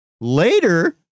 Later